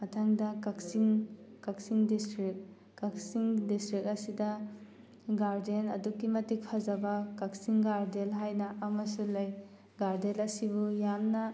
ꯃꯇꯪꯗ Kakching Kakching district Kakching district ꯑꯁꯤꯗ garden ꯑꯗꯨꯛꯀꯤ ꯃꯇꯤꯛ ꯐꯖꯕ ꯀꯛꯆꯤꯡ ꯒꯥꯔꯗꯦꯟ ꯍꯥꯏꯅ ꯑꯃꯁꯨ ꯂꯩ ꯒꯥꯔꯗꯦꯟ ꯑꯁꯤꯕꯨ ꯌꯥꯝꯅ